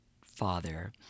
father